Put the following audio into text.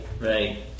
right